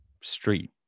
street